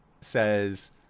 says